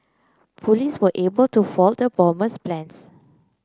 police were able to foil the bomber's plans